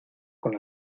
con